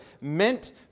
meant